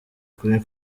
kuri